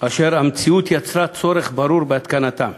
אשר המציאות יצרה צורך ברור בהתקנתם.